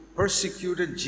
persecuted